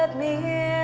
ah me